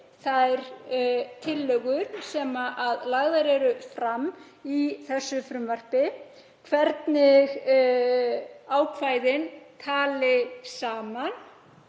þær tillögur sem lagðar eru fram í þessu frumvarpi, hvernig ákvæðin tala saman,